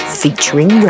featuring